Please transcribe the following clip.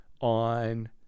on